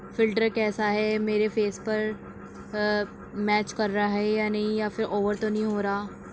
filter کیسا ہے میرے فیس پر میچ کر رہا ہے یا نہیں یا پھر اوور تو نہیں ہو رہا